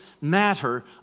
matter